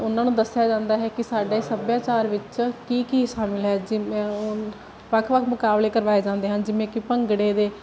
ਉਹਨਾਂ ਨੂੰ ਦੱਸਿਆ ਜਾਂਦਾ ਹੈ ਕਿ ਸਾਡੇ ਸੱਭਿਆਚਾਰ ਵਿੱਚ ਕੀ ਕੀ ਸਾਨੂੰ ਲਹਿਜ਼ੇ ਵੱਖ ਵੱਖ ਮੁਕਾਬਲੇ ਕਰਵਾਏ ਜਾਂਦੇ ਹਨ ਜਿਵੇਂ ਕਿ ਭੰਗੜੇ ਦੇ